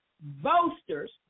boasters